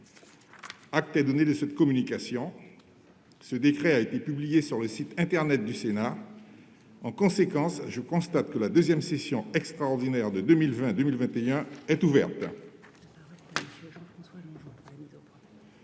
Acte est donné de cette communication. Ce décret a été publié sur le site internet du Sénat. En conséquence, je constate que la deuxième session extraordinaire de 2020-2021 est ouverte.